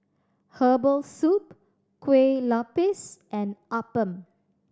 herbal soup Kueh Lupis and appam